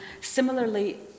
Similarly